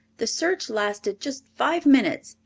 the search lasted just five minutes,